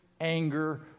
anger